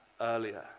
earlier